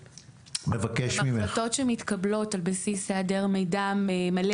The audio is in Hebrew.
גם החלטות שמתקבלות על בסיס היעדר מידע מלא